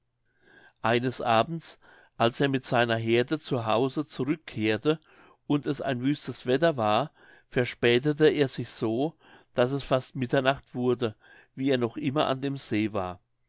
eines abends als er mit seiner heerde zu hause zurückkehrte und es ein wüstes wetter war verspätete er sich so daß es fast mitternacht wurde wie er noch immer an dem see war